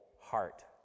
heart